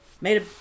made